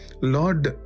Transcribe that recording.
Lord